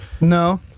No